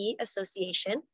Association